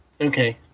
Okay